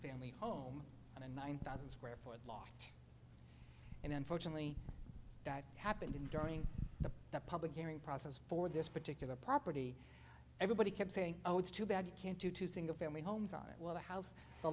family home and in one thousand square foot law and unfortunately that happened in during the the public hearing process for this particular property everybody kept saying oh it's too bad you can't do two single family homes on it well the house a